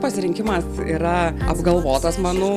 pasirinkimas yra apgalvotas manau